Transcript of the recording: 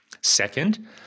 Second